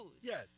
yes